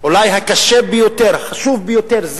אולי הקשה ביותר, החשוב ביותר.